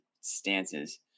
stances